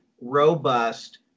robust